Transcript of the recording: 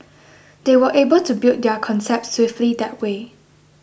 they were able to build their concept swiftly that way